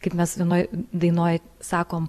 kaip mes vienoj dainoj sakom